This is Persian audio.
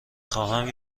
خواهم